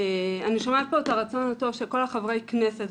אני שומעת פה את הרצון הטוב של כל חברי הכנסת,